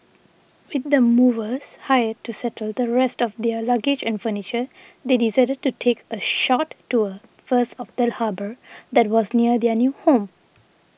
with the movers hired to settle the rest of their luggage and furniture they decided to take a short tour first of the harbour that was near their new home